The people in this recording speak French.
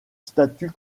statut